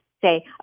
say